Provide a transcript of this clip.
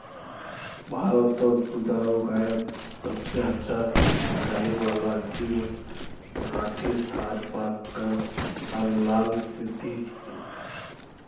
भारतत दुधारू गायत सबसे अच्छा साहीवाल गिर राठी थारपारकर आर लाल सिंधी छिके